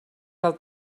del